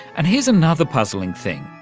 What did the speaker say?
and here's another puzzling thing.